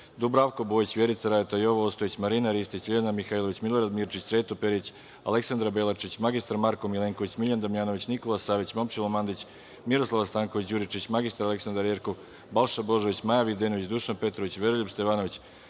Dubravko Bojić, Vjerica Radeta, Jovo Ostojić, Marina Ristić, LJiljana Mihajlović, Milorad Mirčić, Sreto Perić, Aleksandra Belačić, mr Marko Milenković, Miljan Damjanović, Nikola Savić, Momčilo Mandić, Miroslava Stanković Đuričić, mr Aleksandra Jerkov, Balša Božović, Maja Videnović, Dušan Petrović, Veroljub Stevanović,